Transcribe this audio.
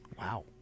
Wow